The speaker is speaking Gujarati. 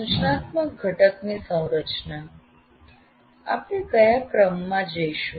સૂચનાત્મક ઘટકની સંરચના આપણે કયા ક્રમમાં જઈશું